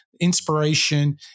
inspiration